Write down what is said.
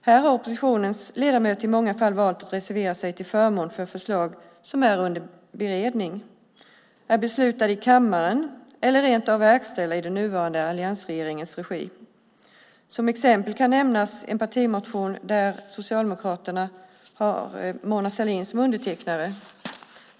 Här har oppositionens ledamöter i många fall valt att reservera sig till förmån för förslag som är under beredning, är beslutade i kammaren eller rent av verksställda i alliansregeringens regi. Som exempel kan nämnas en partimotion där Socialdemokraterna har Mona Sahlin som undertecknare.